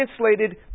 translated